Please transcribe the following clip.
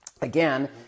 Again